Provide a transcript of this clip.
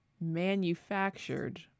manufactured